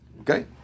Okay